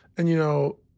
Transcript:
and you know,